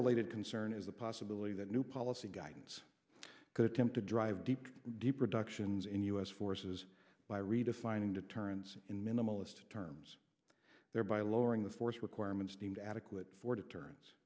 related concern is the possibility that new policy guidance could attempt to drive deep deep reductions in u s forces by redefining deterrence in minimalist terms thereby lowering the force requirements deemed adequate for deterrence